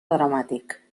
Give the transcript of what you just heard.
dramàtic